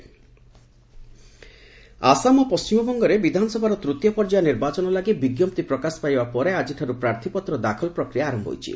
ଆସାମ ପଶ୍ଚିମବଙ୍ଗ ଆସାମ ଓ ପଶ୍ଚିମବଙ୍ଗରେ ବିଧାନସଭାର ତୂତୀୟ ପର୍ଯ୍ୟାୟ ନିର୍ବାଚନ ଲାଗି ବିଜ୍ଞପ୍ତି ପ୍ରକାଶ ପାଇବା ପରେ ଆକ୍ଷିଠାରୁ ପ୍ରାର୍ଥିପତ୍ର ଦାଖଲ ପ୍ରକ୍ରିୟା ଆରମ୍ଭ ହୋଇଛି